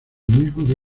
mismo